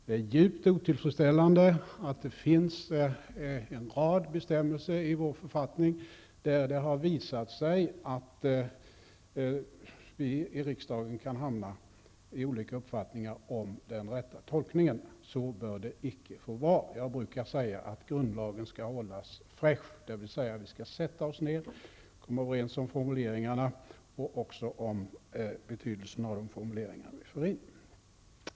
Det är djupt otillfredsställande att det finns en rad bestämmelser i vår författning där det har visat sig att vi i riksdagen kan hamna i olika uppfattningar om den rätta tolkningen. Så bör det icke få vara. Jag brukar säga att grundlagen skall hållas fräsch, dvs. att vi skall sätta oss ner och komma överens om formuleringarna och också om betydelsen av de formuleringar vi för in.